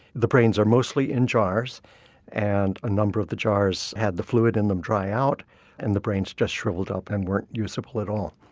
the brains are mostly in jars and a number of the jars had the fluid in them dry out and the brains just shrivelled up and weren't usable at all.